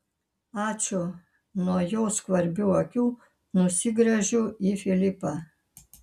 ačiū nuo jo skvarbių akių nusigręžiu į filipą